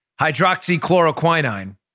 hydroxychloroquine